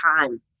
time